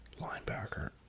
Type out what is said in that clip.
Linebacker